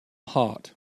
heart